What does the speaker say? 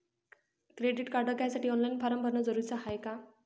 Credit card घ्यासाठी online form भरन जरुरीच हाय का?